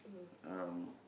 um